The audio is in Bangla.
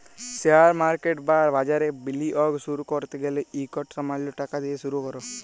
শেয়ার মার্কেট বা বাজারে বিলিয়গ শুরু ক্যরতে গ্যালে ইকট সামাল্য টাকা দিঁয়ে শুরু কর